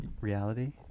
reality